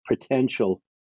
potential